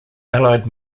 allied